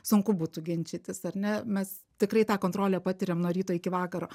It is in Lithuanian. sunku būtų ginčytis ar ne mes tikrai tą kontrolę patiriam nuo ryto iki vakaro